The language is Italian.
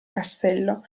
castello